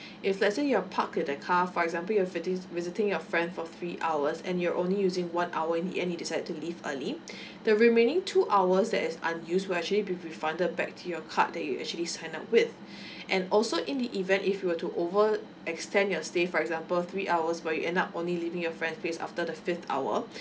if let's say you are park at the car for example you are visit visiting your friend for three hours and you're only using one hour in the end you decided to leave early the remaining two hours that is unuse will actually be refunded back to your card that you actually sign up with and also in the event if you were to over extend your stay for example three hours but you end up only leaving your friend's place after the fifth hour